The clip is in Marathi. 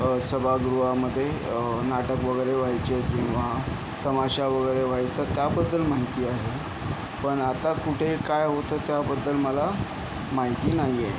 सभागृहामध्ये नाटक वगैरे व्हायचे किंवा तमाशा वगैरे व्हायचा त्याबद्दल माहिती आहे पण आता कुठे काय होतं त्याबद्दल मला माहिती नाही आहे